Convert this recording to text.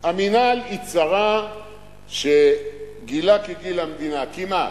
המינהל הוא צרה שגילה כגיל המדינה כמעט,